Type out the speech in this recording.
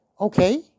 Okay